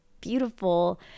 beautiful